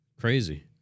Crazy